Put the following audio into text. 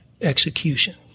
execution